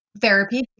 therapy